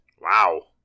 Wow